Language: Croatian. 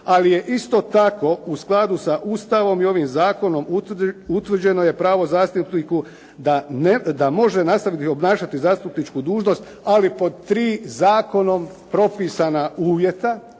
Ali je isto tako u skladu sa Ustavom i ovim zakonom utvrđeno pravo zastupniku da može nastaviti obnašati zastupničku dužnost, ali pod tri zakonom propisana uvjeta.